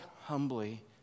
humbly